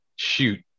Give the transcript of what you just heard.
shoot